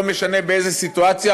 לא משנה באיזו סיטואציה,